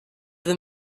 them